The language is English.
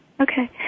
Okay